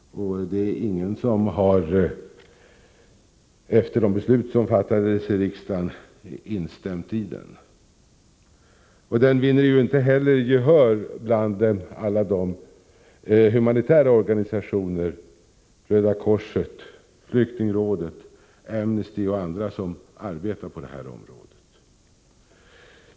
Och det är ingen som, efter de beslut som fattades i riksdagen, har instämt i den. Den vinner ju inte heller gehör bland alla de humanitära organisationer — Röda korset, flyktingrådet, Amnesty och andra — som arbetar på detta område.